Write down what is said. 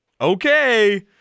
okay